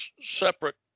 separate